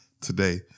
today